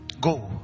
Go